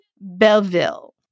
Belleville